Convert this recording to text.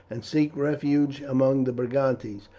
and seek refuge among the brigantes.